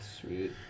Sweet